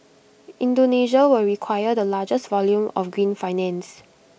Indonesia will require the largest volume of green finance